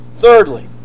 thirdly